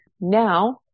Now